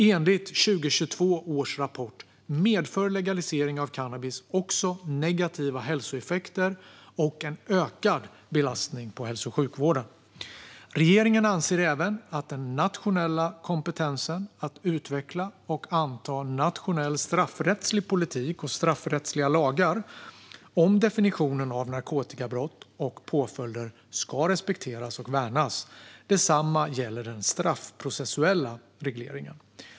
Enligt 2022 års rapport medför legalisering av cannabis också negativa hälsoeffekter och en ökad belastning på hälso och sjukvården. Regeringen anser även att den nationella kompetensen att utveckla och anta nationell straffrättslig politik och straffrättsliga lagar om definitionen av narkotikabrott och påföljder ska respekteras och värnas. Detsamma gäller den straffprocessuella regleringen.